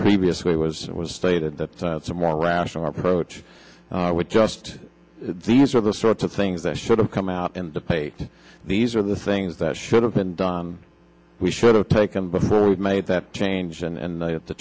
previously was it was stated that some more rational approach would just these are the sorts of things that should have come out in the paper these are the things that should have been done we should've taken before we've made that change and that the